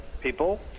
people